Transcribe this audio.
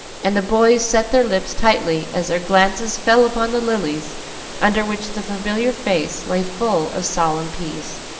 and the boys set their lips tightly as their glances fell upon the lilies under which the familiar face lay full of solemn peace.